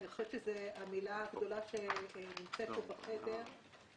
ואני חושבת שזאת המילה הגדולה שנמצאת פה בחדר,